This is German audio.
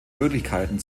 möglichkeiten